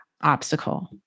obstacle